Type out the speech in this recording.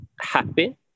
happy